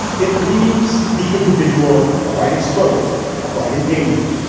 it leaves the individual quite exposed, quite in danger.